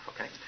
okay